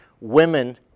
women